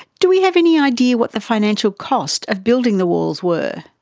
do we have any idea what the financial cost of building the walls were?